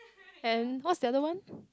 then what is the other one